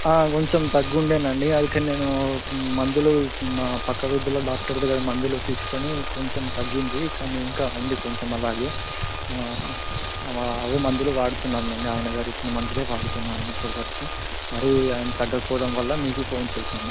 కొంచెం దగ్గు ఉండే అండి అయితే నేను మందులు మా పక్క వీధిలో డాక్టర్ దగ్గర మందులు తీసుకుని కొంచెం తగ్గింది కానీ ఇంకా ఉంది కొంచెం అలాగే అవే మందులు వాడుతున్నాను అండి ఆయన గారు ఇచ్చిన మందులే వాడుతున్నాను ఇప్పటివరకు మరీ తగ్గకపోవడం వలన మీకు ఫోన్ చేసాను